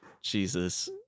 Jesus